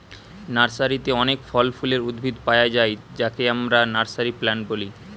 নার্সারিতে অনেক ফল ফুলের উদ্ভিদ পায়া যায় যাকে আমরা নার্সারি প্লান্ট বলি